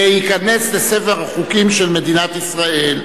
וייכנס לספר החוקים של מדינת ישראל.